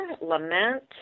lament